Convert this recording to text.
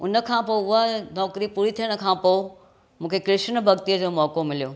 उन खां पोइ उहा नौकरी पूरी थियण खां पोइ मूंखे कृष्ण भक्तीअ जो मौको मिलियो